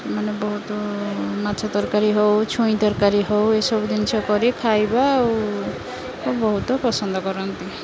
ମାନେ ବହୁତ ମାଛ ତରକାରୀ ହେଉ ଛୁଇଁ ତରକାରୀ ହେଉ ଏସବୁ ଜିନିଷ କରି ଖାଇବା ଆଉ ବହୁତ ପସନ୍ଦ କରନ୍ତି